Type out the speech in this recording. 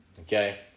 Okay